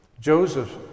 Joseph